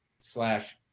slash